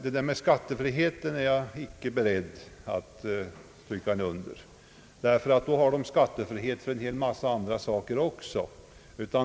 Detta med skattefriheten är jag inte beredd att skriva under — i så fall skulle vi ha skattefrihet på en massa andra sätt också.